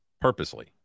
purposely